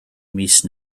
mis